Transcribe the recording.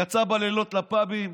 יצא בלילות לפאבים,